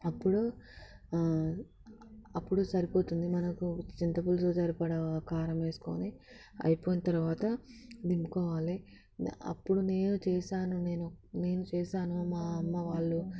అప్పుడు అప్పుడు సరిపోతుంది మనకు చింతపులుసు సరిపడా కారం వేసుకొని అయిపోయిన తర్వాత దింపుకోవాలి అప్పుడు నేను చేశాను నేను నేను చేశాను మా అమ్మ వాళ్ళు